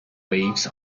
waves